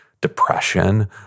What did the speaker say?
Depression